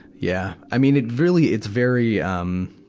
yeah. i mean, it's really, it's very, um,